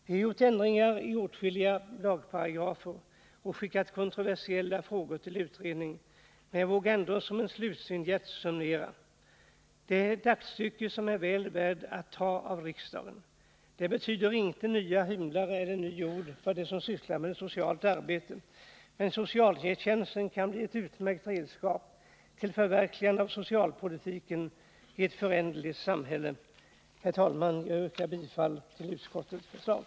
Vi har gjort ändringar i lagparagrafer och skickat kontroversiella frågor till utredning, men jag vågar ändå som en slutvinjett summera: Den produkt som utskottet nu lämnar ifrån sig är ett aktstycke som är väl värt att antas av riksdagen. Socialtjänsten betyder inga nya himlar eller en ny jord för dem som sysslar med socialt arbete, men den kan bli ett utmärkt redskap i förverkligandet av socialpolitiken i ett föränderligt samhälle. Herr talman! Jag yrkar bifall till utskottets förslag.